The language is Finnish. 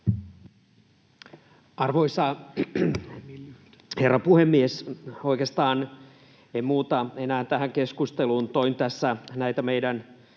Arvoisa herra puhemies! Oikeastaan ei muuta enää tähän keskusteluun. Toin tässä esille näitä meidän